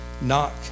Knock